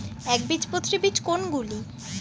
একবীজপত্রী বীজ কোন গুলি?